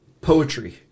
poetry